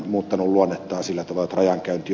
nämä ovat pääosin kohdallaan